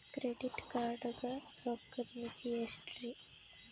Credit card ಗ ರೋಕ್ಕದ್ ಮಿತಿ ಎಷ್ಟ್ರಿ?